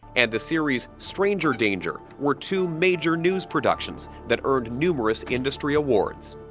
and the series stranger danger, were two major news productions that earned numerous industry awards.